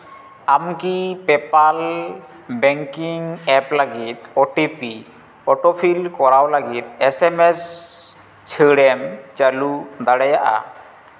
ᱟᱢ ᱠᱤ PayPal banking app ᱞᱟᱹᱜᱤᱫ ᱳ ᱴᱤ ᱯᱤ ᱳᱴᱳᱯᱷᱤᱞ ᱠᱚᱨᱟᱣ ᱞᱟᱹᱜᱤᱫ ᱮᱥᱮᱢᱮᱥ ᱪᱷᱟᱹᱲᱮᱢ ᱪᱟᱹᱞᱩ ᱫᱟᱲᱮᱭᱟᱜᱼᱟ